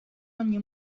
ogni